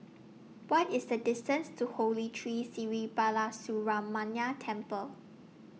What IS The distance to Holy Tree Sri Balasubramaniar Temple